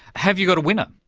have you got a winner?